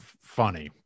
funny